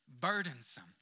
burdensome